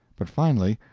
but finally,